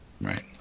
Right